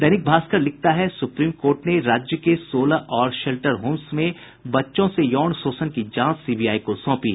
दैनिक भास्कर लिखता है supreme court ने राज्य के सोलह और शेल्टर होम्स में बच्चों से यौन शोषण की जांच सीबीआई को सौंपी